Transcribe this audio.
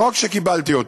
לא רק שקיבלתי אותו,